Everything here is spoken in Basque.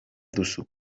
duzu